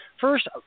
first –